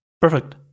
Perfect